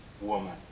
woman